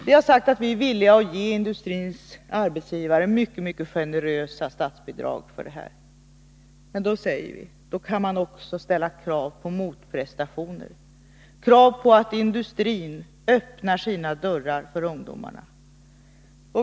Vi har sagt att vi är villiga att ge industrins arbetsgivare mycket generösa statsbidrag för detta, men då anser vi att vi också kan ställa krav på motprestationer, krav på att industrin öppnar sina dörrar för ungdomarna.